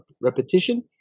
repetition